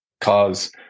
cause